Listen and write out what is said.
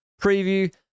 preview